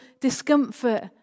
discomfort